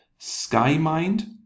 skymind